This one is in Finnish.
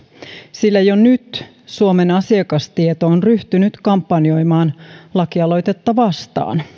sillä jo nyt suomen asiakastieto on ryhtynyt kampanjoimaan lakialoitetta vastaan